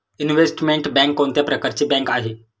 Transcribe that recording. Investment bank कोणत्या प्रकारची bank आहे?